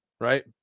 right